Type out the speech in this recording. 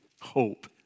hope